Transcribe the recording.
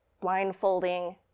blindfolding